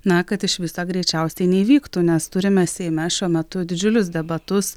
na kad iš viso greičiausiai neįvyktų nes turime seime šiuo metu didžiulius debatus